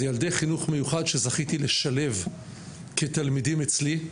ילדי חינוך מיוחד שזכיתי לשלב כתלמידים אצלי.